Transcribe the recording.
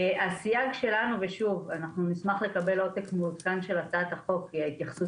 נשמח לקבל עותק מעודכן של הצעת החוק כי ההתייחסות